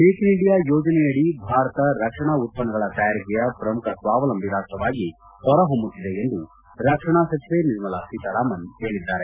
make in India ಯೋಜನೆಯಡಿ ಭಾರತ ರಕ್ಷಣಾ ಉತ್ಪನ್ನಗಳ ತಯಾರಿಕೆಯ ಪ್ರಮುಖ ಸ್ವಾವಲಂಬಿ ರಾಷ್ಷವಾಗಿ ಹೊರಹೊಮ್ಬುತ್ತಿದೆ ಎಂದು ರಕ್ಷಣಾ ಸಚಿವೆ ನಿರ್ಮಲಾ ಸೀತಾರಾಮನ್ ಹೇಳದ್ದಾರೆ